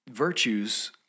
Virtues